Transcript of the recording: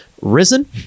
Risen